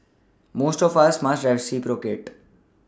most of us must reciprocate